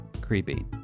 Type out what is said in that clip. creepy